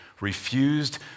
refused